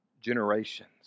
generations